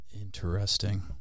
Interesting